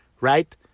right